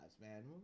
man